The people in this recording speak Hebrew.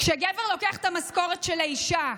כשגבר לוקח את המשכורת של האישה,